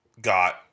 got